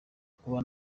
kuba